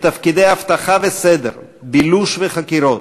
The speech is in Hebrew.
בתפקידי אבטחה וסדר, בילוש וחקירות,